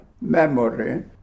memory